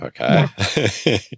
okay